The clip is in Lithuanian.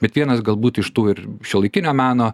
bet vienas galbūt iš tų ir šiuolaikinio meno